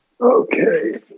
Okay